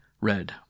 red